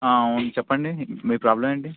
అవును చెప్పండి మీ ప్రాబ్లం ఏంటి